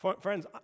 Friends